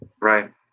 Right